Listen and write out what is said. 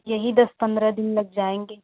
यही दस पंद्रह दिन लग जाएँगे